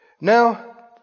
Now